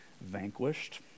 vanquished